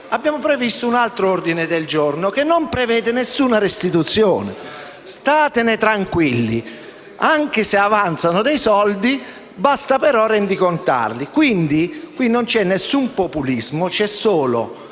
abbiamo previsto un altro ordine del giorno che non prevede alcuna restituzione. State tranquilli: anche se avanzano dei soldi, basta rendicontarli. Non c'è alcun populismo. C'è solo